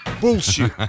Bullshit